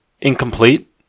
incomplete